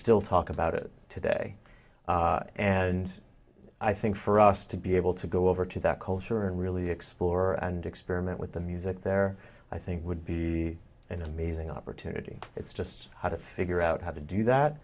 still talk about it today and i think for us to be able to go over to that culture and really explore and experiment with the music there i think would be an amazing opportunity it's just how to figure out how to do that